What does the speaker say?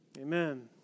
Amen